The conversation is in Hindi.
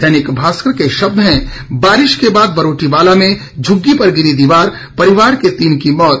दैनिक भास्कर के शब्द हैं बारिश के बाद बरोटीवाला में झुग्गी पर गिरी दीवार परिवार के तीन की मौत